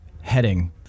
heading